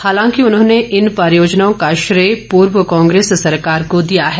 हालांकि उन्होंने इन परियोजनाओं का श्रेय पूर्व कांग्रेस सरकार को दिया है